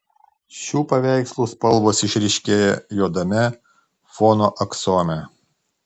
šių paveikslų spalvos išryškėja juodame fono aksome